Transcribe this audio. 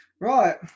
Right